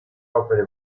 opere